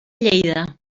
lleida